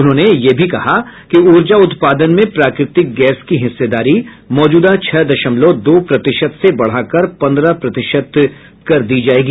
उन्होंने यह भी कहा कि ऊर्जा उत्पादन में प्राकृतिक गैस की हिस्सेदारी मौजूदा छह दशमलव दो प्रतिशत से बढ़ाकर पंद्रह प्रतिशत कर दी जाएगी